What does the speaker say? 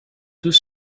deux